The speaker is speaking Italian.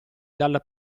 dalla